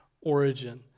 origin